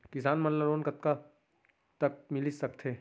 किसान मन ला लोन कतका तक मिलिस सकथे?